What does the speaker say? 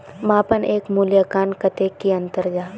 मापन एवं मूल्यांकन कतेक की अंतर जाहा?